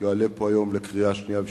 יועלה פה היום לקריאה שנייה ושלישית,